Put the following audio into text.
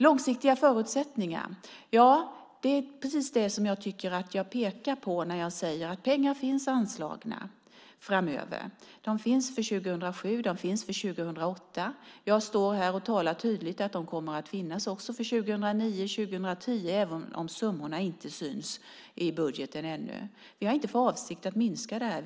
Jag tycker att jag pekar på långsiktiga förutsättningar när jag säger att pengar finns anslagna framöver. De finns för 2007, de finns för 2008. Jag står här och talar tydligt om att de kommer att finnas också för 2009 och 2010, även om summorna inte syns i budgeten ännu. Vi har inte för avsikt att minska detta.